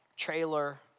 trailer